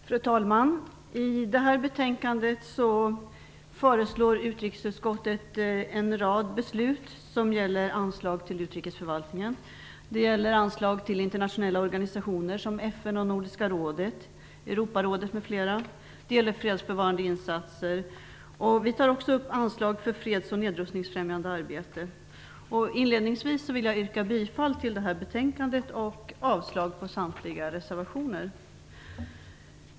Fru talman! I detta betänkande föreslår utrikesutskottet en rad beslut som gäller anslag till utrikesförvaltningen. Det gäller anslag till internationella organisationer som FN, Nordiska rådet, Europarådet m.fl. Det gäller också fredsbevarande insatser. Vi tar även upp anslag för freds och nedrustningfrämjande arbete. Inledningsvis vill jag yrka bifall till utskottets hemställan och avslag på samtliga reservationer.